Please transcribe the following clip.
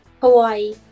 Hawaii